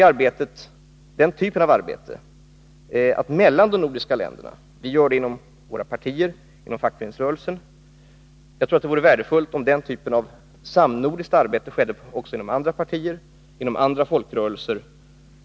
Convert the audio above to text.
Jag tror att det vore värdefullt om den typen av samnordiskt arbete skedde också inom andra partier och inom andra folkrörelser.